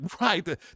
right